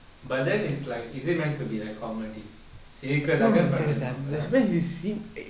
but then is like is it meant to be like comedy சீக்கிரம்மே பண்ணிரலாம்ல:seekkiramme panniramla